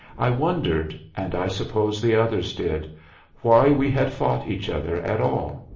i wondered and i suppose the others did why we had fought each other at all.